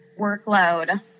workload